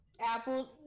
apple